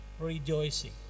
rejoicing